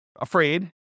afraid